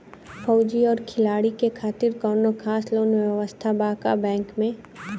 फौजी और खिलाड़ी के खातिर कौनो खास लोन व्यवस्था बा का बैंक में?